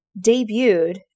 debuted